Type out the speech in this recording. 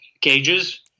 cages